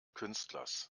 künstlers